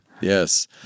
yes